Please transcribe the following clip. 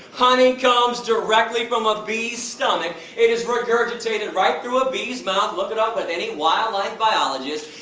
honey comes directly from a bee stomach, it is regurgitated right through a bee's mouth look it up with any wildlife biologist.